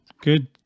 Good